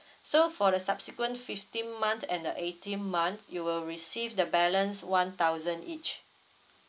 so for the subsequent fifteen months and the eighteen months you will receive the balance one thousand each